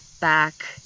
back